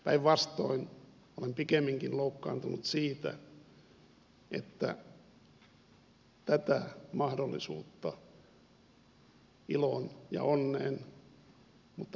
päinvastoin olen pikemminkin loukkaantunut siitä että tätä mahdollisuutta iloon ja onneen mutta myöskin vastuuseen ei anneta kaikille ihmisille